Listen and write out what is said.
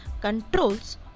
controls